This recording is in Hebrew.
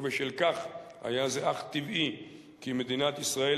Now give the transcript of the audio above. ובשל כך היה זה אך טבעי כי מדינת ישראל